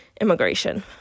immigration